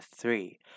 three